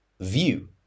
view